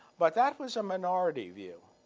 but that was a minority view.